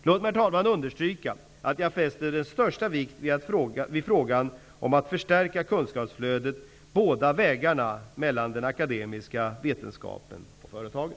Låt mig understryka att jag fäster största vikt vid frågan om att förstärka kunskapsflödet båda vägarna mellan den akademiska vetenskapen och företagen.